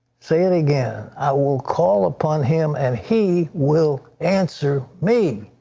say it again. i will call upon him and he will answer me.